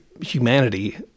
humanity